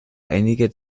einige